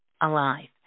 alive